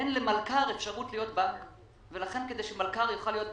אין למלכ"ר אפשרות להיות בנק ולכן כדי שמלכ"ר יוכל להיות בנק,